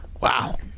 Wow